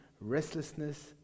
restlessness